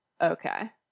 Okay